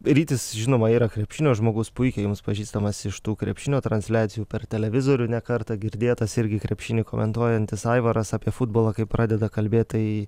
rytis žinoma yra krepšinio žmogus puikiai jums pažįstamas iš tų krepšinio transliacijų per televizorių ne kartą girdėtas irgi krepšinį komentuojantis aivaras apie futbolą kai pradeda kalbėt tai